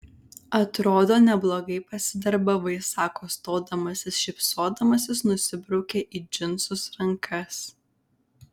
atrodo neblogai pasidarbavai sako stodamasis šypsodamasis nusibraukia į džinsus rankas